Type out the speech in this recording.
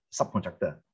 subcontractor